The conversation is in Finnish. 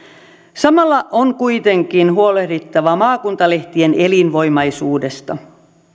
samalla on kuitenkin huolehdittava maakuntalehtien elinvoimaisuudesta